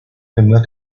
primer